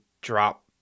drop